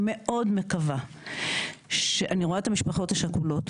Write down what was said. אני רואה את המשפחות השכולות,